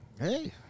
Hey